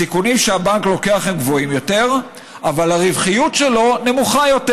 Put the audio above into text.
הסיכונים שהבנק לוקח הם גבוהים יותר אבל הרווחיות שלו נמוכה יותר.